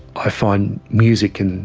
i find music, and